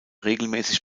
regelmäßig